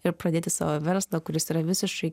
ir pradėti savo verslą kuris yra visiškai